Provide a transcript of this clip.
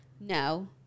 No